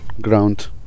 ground